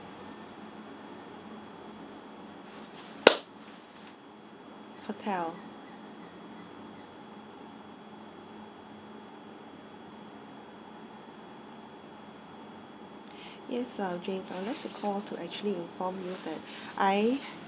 hotel yes uh james I'll like to call to actually inform you that I